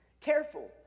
careful